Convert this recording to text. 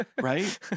Right